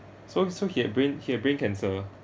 so so he had brain he had brain cancer